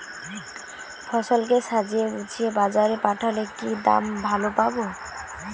ফসল কে সাজিয়ে গুছিয়ে বাজারে পাঠালে কি দাম ভালো পাব?